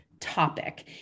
topic